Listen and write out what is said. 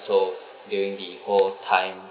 so during the whole time